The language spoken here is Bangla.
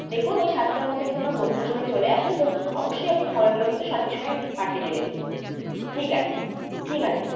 দেখুন ওই সাতটার মধ্যে কিন্তু আমার বন্ধুরা সবাই চলে আসবে তো অবশ্যই আপনি খাবারগুলো কিন্তু সঠিক সময়ে পাঠিয়ে দেবেন ঠিক আছে ঠিক আছে